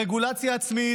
רגולציה עצמית.